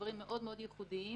דברים מאוד מאוד ייחודיים,